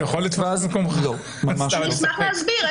אני אשמח להסביר.